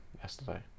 yesterday